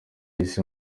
isi